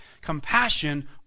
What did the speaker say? Compassion